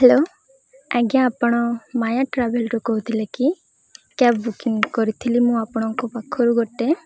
hello ଆଜ୍ଞା ଆପଣ ମାୟା ଟ୍ରାଭେଲ୍ରୁୁ କହୁଥିଲେ କି କ୍ୟାବ୍ ବୁକିଂ କରିଥିଲି ମୁଁ ଆପଣଙ୍କ ପାଖରୁ ଗୋଟେ